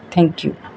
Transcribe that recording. thank you